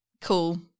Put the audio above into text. cool